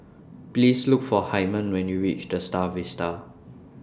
Please Look For Hymen when YOU REACH The STAR Vista